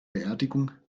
beerdigung